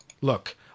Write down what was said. Look